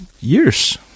Years